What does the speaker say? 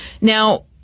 Now